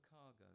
cargo